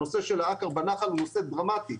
בנושא של העכר הוא נושא דרמטי,